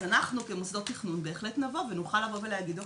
אז אנחנו כמוסדות תכנון נוכל לבוא ולהגיד "אוקיי,